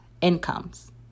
incomes